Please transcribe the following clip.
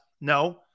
No